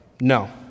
No